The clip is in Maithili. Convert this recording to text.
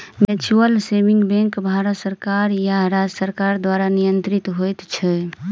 म्यूचुअल सेविंग बैंक भारत सरकार वा राज्य सरकार द्वारा नियंत्रित होइत छै